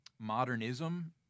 modernism